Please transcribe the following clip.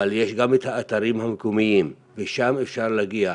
אבל יש גם את האתרים המקומיים ושם אפשר להגיע.